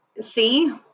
see